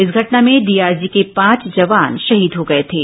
इस घटना में डीआरजी के पांच जवान शहीद हो गए थे